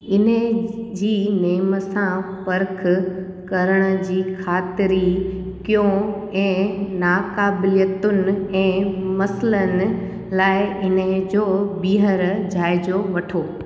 इन्हे जी नेम सां पर्ख करण जी ख़ातिरी कयो ऐं नाक़ाबिलियतुनि ऐं मसइलनि लाइ इन्हे जो ॿीहर जाइज़ा वठो